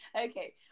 Okay